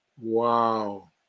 wow